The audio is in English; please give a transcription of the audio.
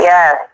Yes